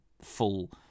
full